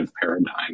paradigm